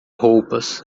roupas